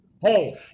Hey